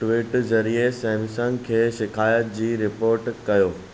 tweet ज़रिए Samsung खे शिकायत जी रिपोर्ट कयो